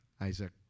Isaac